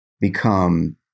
become